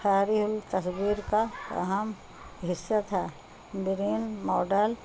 ٹھہری ہوئی تصویر کا اہم حصہ تھا گرین ماڈل